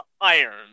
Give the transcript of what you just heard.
Iron